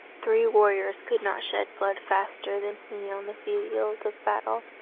three warriors could not shed blood faster than he on the field of battle.